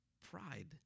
pride